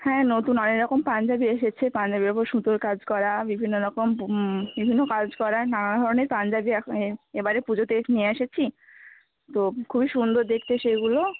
হ্যাঁ নতুন অনেক রকম পাঞ্জাবী এসেছে পাঞ্জাবীর উপর সুতোর কাজ করা বিভিন্ন রকম বিভিন্ন কাজ করা নানা ধরনের পাঞ্জাবী এখন এবারে পুজোতে নিয়ে এসেছি তো খুবই সুন্দর দেখতে সেগুলো